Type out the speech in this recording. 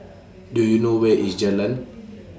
Do YOU know Where IS Jalan